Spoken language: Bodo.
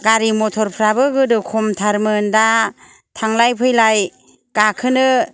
गारि मटरफ्राबो गोदो खमथारमोन दा थांलाय फैलाय गाखोनो